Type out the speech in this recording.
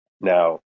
Now